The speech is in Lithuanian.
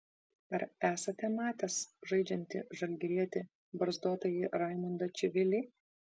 ar esate matęs žaidžiantį žalgirietį barzdotąjį raimundą čivilį